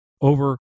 over